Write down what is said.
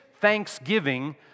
thanksgiving